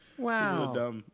Wow